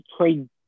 trade